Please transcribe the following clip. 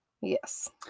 Yes